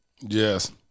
Yes